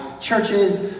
churches